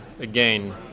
Again